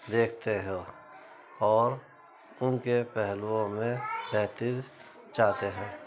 دیکھتے ہیں اور ان کے پہلوؤں میں بہتری چاہتے ہیں